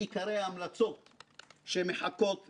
לא במטרה להכביד ברגולציה, נהפוך הוא.